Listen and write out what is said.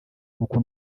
nk’uko